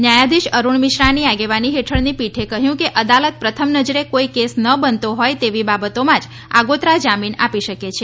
ન્યાયાધિશ અરૂણ મિશ્રાની આગેવાની હેઠળની પીઠે કહ્યું કે અદાલત પ્રથમ નજરે કોઇ કેસ ન બનતો હોય તેવી બાબતોમાં જ આગોતરા જામીન આપી શકે છે